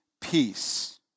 peace